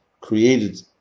created